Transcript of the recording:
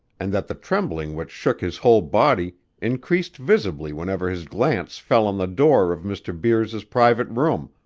and that the trembling which shook his whole body increased visibly whenever his glance fell on the door of mr. beers's private room,